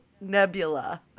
Nebula